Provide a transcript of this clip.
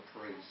praise